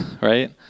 right